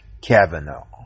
Kavanaugh